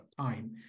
time